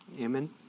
Amen